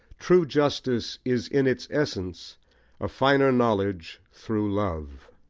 true justice is in its essence a finer knowledge through love.